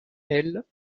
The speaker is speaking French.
elle